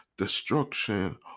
Destruction